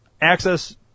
access